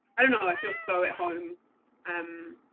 i don't know, i feel so at home um